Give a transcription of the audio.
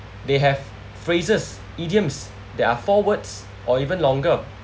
they have phrases idioms that are four words or even longer